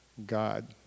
God